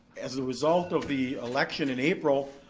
as a result of the election in april,